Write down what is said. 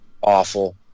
awful